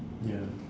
ya